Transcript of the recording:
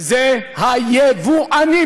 זה היבואנים.